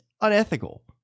unethical